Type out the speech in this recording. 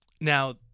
now